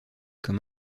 comme